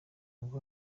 ngo